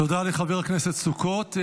תודה לחבר הכנסת סוכות.